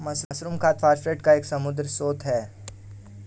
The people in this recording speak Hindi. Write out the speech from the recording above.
मशरूम खाद फॉस्फेट का एक समृद्ध स्रोत है